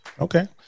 Okay